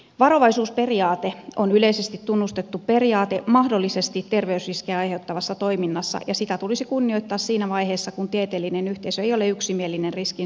varovaisuusperiaate on yleisesti tunnustettu periaate mahdollisesti terveysriskiä aiheuttavassa toiminnassa ja sitä tulisi kunnioittaa siinä vaiheessa kun tieteellinen yhteisö ei ole yksimielinen riskin suuruudesta